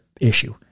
issue